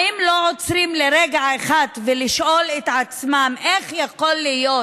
האם הם לא עוצרים לרגע אחד לשאול את עצמם איך יכול להיות